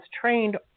trained